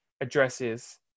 addresses